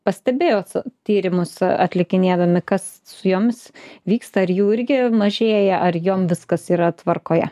pastebėjot tyrimus atlikinėdami kas su jomis vyksta ar jų irgi mažėja ar jom viskas yra tvarkoje